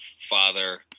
father